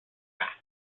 fax